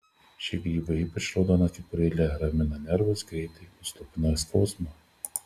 šie grybai ypač raudona kepurėle ramina nervus greitai nuslopina skausmą